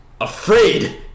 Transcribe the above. afraid